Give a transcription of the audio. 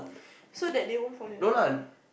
so that they won't fall in love with me